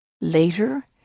later